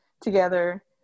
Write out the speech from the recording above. together